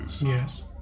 Yes